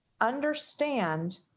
understand